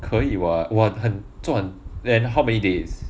可以 [what] !wah! 很赚 and how many days